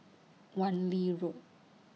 Wan Lee Road